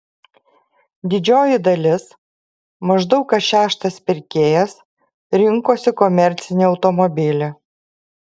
didžioji dalis maždaug kas šeštas pirkėjas rinkosi komercinį automobilį